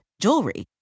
jewelry